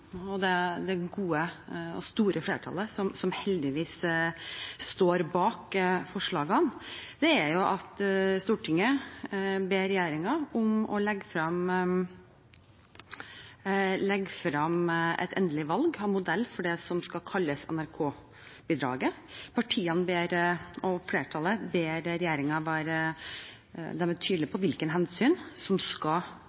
store flertallet som heldigvis står bak forslagene – er å legge fram endelig valg av en modell for det som skal kalles NRK-bidraget. Partiene og flertallet